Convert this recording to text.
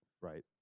right